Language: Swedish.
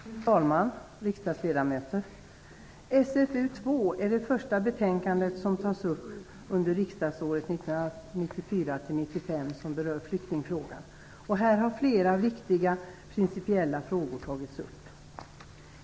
Fru talman! Riksdagsledamöter! Här har flera viktiga principiella frågor tagits upp.